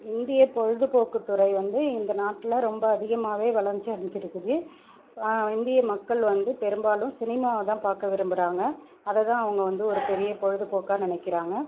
இந்திய பொழுதுபோக்குத் துறை வந்து இந்த நாட்டில் ரொம்ப அதிகமாகவே வளர்ச்சி அடைஞ்சிருக்குது இந்திய மக்கள் வந்து பெரும்பாலும் சினிமாதான் பார்க்க விரும்புகிறாங்க அதைதான் அவங்க வந்து ஒரு பெரிய பொழுதுபோக்காக நினைக்கிறாங்க